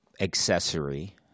accessory